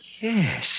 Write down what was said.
Yes